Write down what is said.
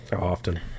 often